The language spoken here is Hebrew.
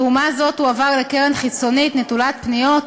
תרומה זו תועבר לקרן חיצונית נטולת פניות,